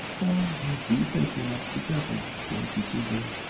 i do think you ought to be careful. don't you see, dear,